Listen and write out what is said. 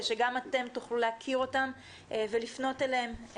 שגם אתם תוכלו להכיר אותם ולפנות אליהם,